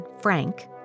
Frank